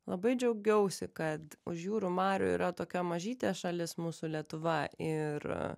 labai džiaugiausi kad už jūrų marių yra tokia mažytė šalis mūsų lietuva ir